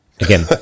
Again